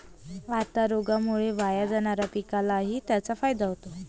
आता रोगामुळे वाया जाणाऱ्या पिकालाही त्याचा फायदा होतो